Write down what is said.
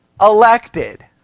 elected